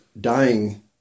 dying